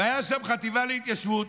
והייתה שם חטיבה להתיישבות,